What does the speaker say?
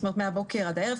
שנמצאים מהבוקר עד הערב,